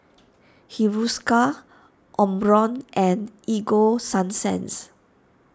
Hiruscar Omron and Ego Sunsense